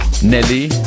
Nelly